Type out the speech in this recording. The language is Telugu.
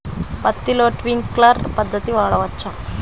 పత్తిలో ట్వింక్లర్ పద్ధతి వాడవచ్చా?